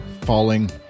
falling